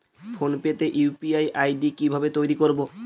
Phone pay তে UPI ID কি ভাবে তৈরি করবো?